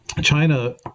China